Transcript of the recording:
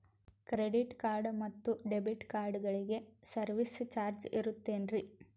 Credit card ಮತ್ತು debit ಕಾರ್ಡಗಳಿಗೆ service charge ಇರುತೇನ್ರಿ?